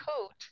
coat